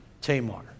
Tamar